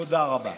תודה רבה.